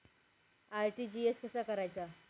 RTGS कसा करायचा?